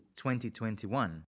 2021